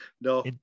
no